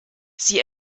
sie